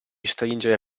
stringere